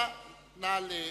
בבקשה,